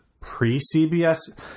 pre-cbs